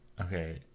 Okay